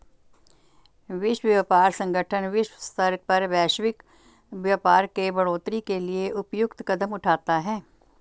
विश्व व्यापार संगठन विश्व स्तर पर वैश्विक व्यापार के बढ़ोतरी के लिए उपयुक्त कदम उठाता है